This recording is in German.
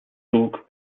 zug